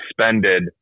suspended